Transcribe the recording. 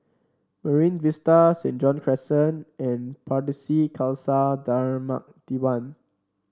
Marine Vista Saint John's Crescent and Pardesi Khalsa Dharmak Diwan